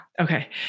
Okay